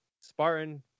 spartan